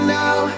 now